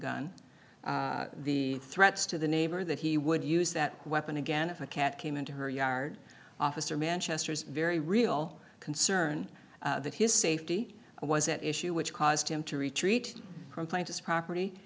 gun the threats to the neighbor that he would use that weapon again if a cat came into her yard officer manchester's very real concern that his safety was at issue which caused him to retreat proclaimed his property